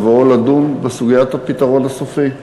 בבואו לדון בסוגיית "הפתרון הסופי".